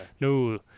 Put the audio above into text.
No